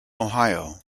ohio